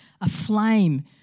aflame